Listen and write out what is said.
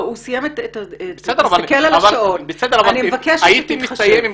תסתכל על השעון, אני מבקשת שתתחשב.